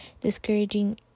discouraging